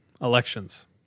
elections